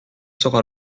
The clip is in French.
sera